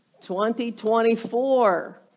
2024